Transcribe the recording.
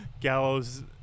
Gallows